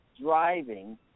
driving